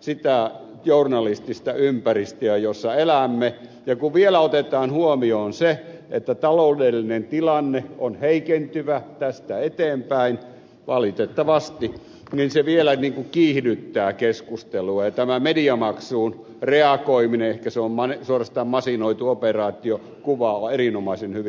sitä journalistista ympäristöä jossa elämme ja kun vielä otetaan huomioon se että taloudellinen tilanne on heikentyvä tästä eteenpäin valitettavasti niin se vielä kiihdyttää keskustelua ja tämä mediamaksuun reagoiminen ehkä se on suorastaan masinoitu operaatio kuvaa erinomaisen hyvin tätä asiaa